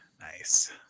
Nice